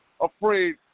afraid